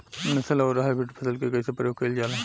नस्ल आउर हाइब्रिड फसल के कइसे प्रयोग कइल जाला?